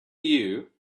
you